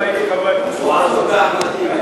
דברי אלוהים חיים, חבר הכנסת מוזס.